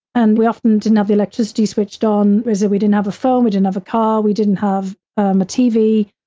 and we often didn't have the electricity switched on, ah we didn't have a phone, we didn't have a car, we didn't have a a tv,